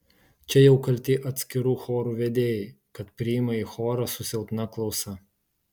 čia jau kalti atskirų chorų vedėjai kad priima į chorą su silpna klausa